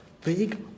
big